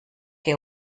que